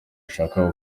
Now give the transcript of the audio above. ashaka